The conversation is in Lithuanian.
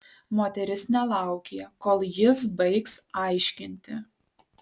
moteris nelaukė kol jis baigs aiškinti